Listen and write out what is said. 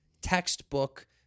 textbook